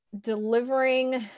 delivering